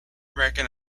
american